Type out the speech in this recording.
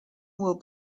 will